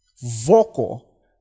vocal